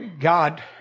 God